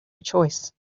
choice